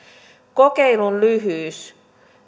kokeilun lyhyys